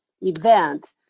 event